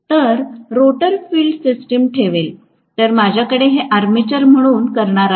तर rotor field system ठेवेल तर माझ्याकडे हे आर्मेचर म्हणून करणार आहे